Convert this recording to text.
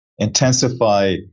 intensify